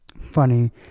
funny